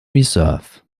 reserve